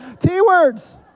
T-words